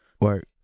Work